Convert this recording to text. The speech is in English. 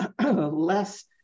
less